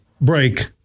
break